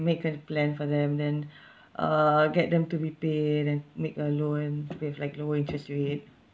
make a plan for them then uh get them to be pay and make a loan with like low interest rate